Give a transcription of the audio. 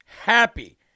Happy